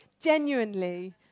genuinely